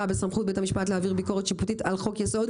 בסמכות בית המשפט להעביר ביקורת שיפוטית על חוק-יסוד.